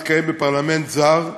היה מתקיים בפרלמנט זר,